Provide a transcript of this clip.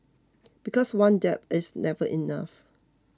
because one dab is never enough